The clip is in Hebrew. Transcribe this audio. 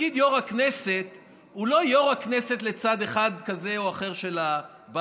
תפקיד יו"ר הכנסת הוא לא יו"ר הכנסת לצד אחד כזה או אחר של הבית,